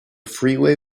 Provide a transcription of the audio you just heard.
freeway